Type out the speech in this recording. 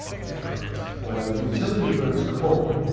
bankrupt. when a utility burns coal,